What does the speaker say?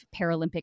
Paralympic